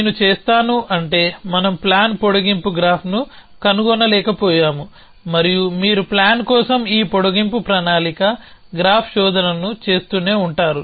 నేను చేస్తాను అంటే మనం ప్లాన్ పొడిగింపు గ్రాఫ్ను కనుగొనలేకపోయాము మరియు మీరు ప్లాన్ కోసం ఈ పొడిగింపు ప్రణాళిక గ్రాఫ్ శోధనను చేస్తూనే ఉంటారు